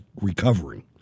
recovering